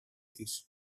της